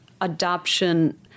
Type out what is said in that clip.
adoption